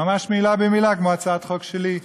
ממש מילה במילה כמו הצעת החוק שלי.